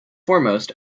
foremost